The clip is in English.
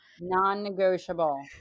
Non-negotiable